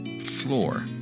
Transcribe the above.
floor